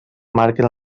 marquen